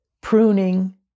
pruning